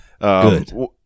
Good